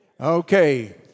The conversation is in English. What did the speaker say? Okay